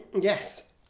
yes